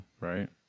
right